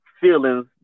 feelings